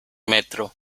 metro